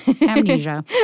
Amnesia